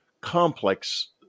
complex